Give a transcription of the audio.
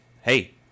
hey